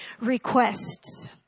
requests